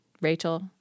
Rachel